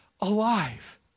alive